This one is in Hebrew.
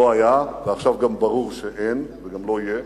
לא היה, ועכשיו גם ברור שאין וגם לא יהיה.